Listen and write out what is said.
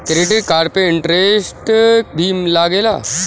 Credit card पे interest भी लागेला?